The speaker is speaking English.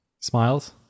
smiles